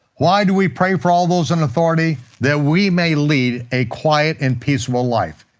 why do we pray for all those in authority? that we may lead a quiet and peaceful life,